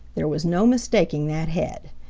there was no mistaking that head.